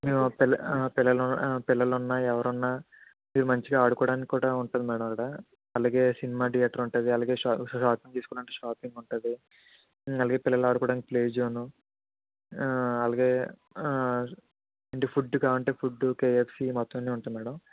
పిల్లలు పిల్లలు ఉన్న ఎవరు ఉన్న మీరు మంచిగా ఆడుకోవడానికి కూడా ఉంటుంది మేడం అక్కడ అలాగే సినిమా థియేటర్ ఉంటుంది అలాగే షా షాపింగ్ చేసుకోవాలంటే షాపింగ్ ఉంటుంది అలాగే పిల్లలు ఆడుకోవడానికి ప్లే జోన్ అలాగే అంటే ఫుడ్ కావాలంటే ఫుడ్ కేఎఫ్సి మొత్తం అన్ని ఉంటాయి మేడం